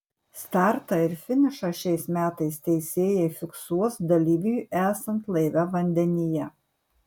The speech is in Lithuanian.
startą ir finišą šiais metais teisėjai fiksuos dalyviui esant laive vandenyje